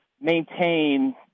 maintain